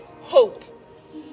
hope